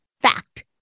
fact